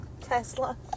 Tesla